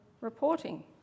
reporting